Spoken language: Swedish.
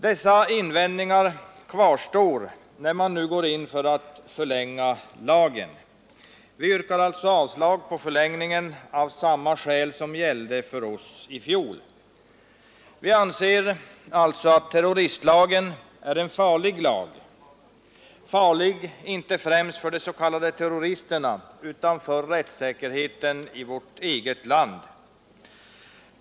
Dessa invändningar kvarstår när man nu går in för att förlänga lagen. Vi yrkar därför avslag på förlängningen, av samma skäl som gällde för oss i fjol. Vi anser att terroristlagen är en farlig lag — inte främst för de s.k. terroristerna utan för rättssäkerheten i vårt eget land.